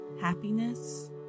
happiness